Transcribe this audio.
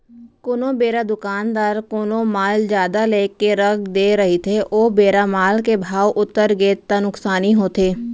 कोनो बेरा दुकानदार कोनो माल जादा लेके रख दे रहिथे ओ बेरा माल के भाव उतरगे ता नुकसानी होथे